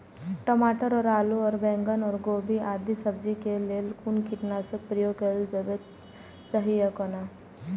टमाटर और आलू और बैंगन और गोभी आदि सब्जी केय लेल कुन कीटनाशक प्रयोग कैल जेबाक चाहि आ कोना?